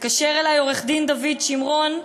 "התקשר אלי עו"ד דוד שמרון,